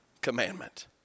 commandment